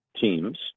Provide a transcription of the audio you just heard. teams